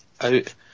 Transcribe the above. out